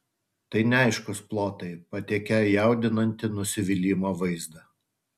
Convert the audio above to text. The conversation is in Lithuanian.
tai neaiškūs plotai patiekią jaudinantį nusivylimo vaizdą